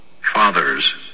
Fathers